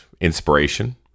inspiration